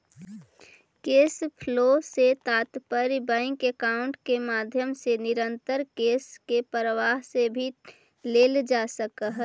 cash flow से तात्पर्य bank account के माध्यम से निरंतर कैश के प्रवाह से भी लेल जा सकऽ हई